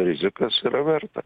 rizikas yra verta